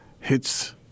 hits